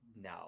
No